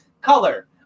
Color